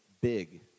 big